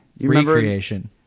Recreation